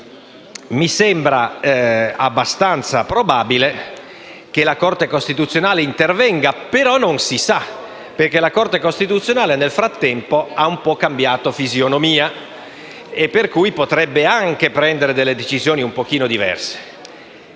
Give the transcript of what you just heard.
Mi sembra abbastanza probabile che la Corte costituzionale intervenga, però non si sa, perché la Corte costituzionale nel frattempo ha un po' cambiato fisionomia, per cui potrebbe anche assumere delle decisioni un po' diverse.